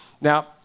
Now